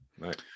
Right